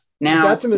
Now